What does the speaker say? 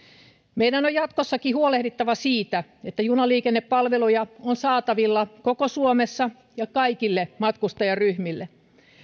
meidän on jatkossakin huolehdittava siitä että junaliikennepalveluja on saatavilla koko suomessa ja kaikille matkustajaryhmille